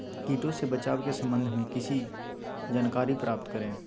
किटो से बचाव के सम्वन्ध में किसी जानकारी प्राप्त करें?